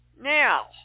Now